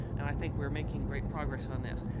and i think we're making great progress on this.